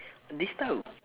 this type of